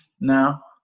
now